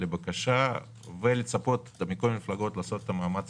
לבקשה ולצפות מכל המפלגות לעשות את המאמץ